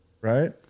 right